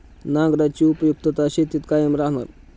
नांगराची उपयुक्तता शेतीत कायम राहणार